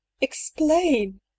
explain